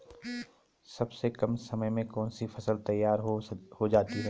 सबसे कम समय में कौन सी फसल तैयार हो जाती है?